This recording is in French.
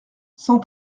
cent